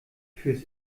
fürs